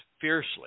fiercely